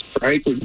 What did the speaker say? right